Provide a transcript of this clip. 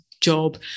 job